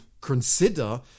consider